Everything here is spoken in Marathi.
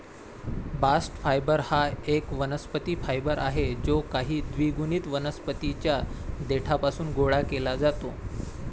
बास्ट फायबर हा एक वनस्पती फायबर आहे जो काही द्विगुणित वनस्पतीं च्या देठापासून गोळा केला जातो